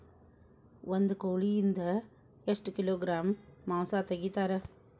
ಒಂದು ಕೋಳಿಯಿಂದ ಎಷ್ಟು ಕಿಲೋಗ್ರಾಂ ಮಾಂಸ ತೆಗಿತಾರ?